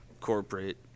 corporate